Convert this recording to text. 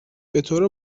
بطور